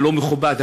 הלא-מכובד,